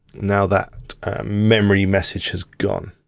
now that memory message has gone.